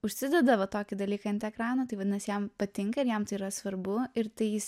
užsideda va tokį dalyką ant ekrano tai vadinas jam patinka ir jam tai yra svarbu ir tai jis